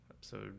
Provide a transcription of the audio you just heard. Episode